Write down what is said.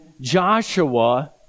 Joshua